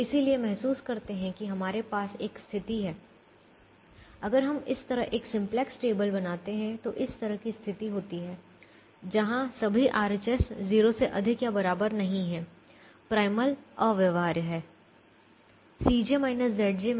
इसलिए महसूस करते हैं कि हमारे पास एक स्थिति है अगर हम इस तरह एक सिम्प्लेक्स टेबल बनाते हैं तो इस तरह की स्थिति होती है जहां सभी RHS 0 से अधिक या बराबर नहीं हैं प्राइमल अव्यवहार्य है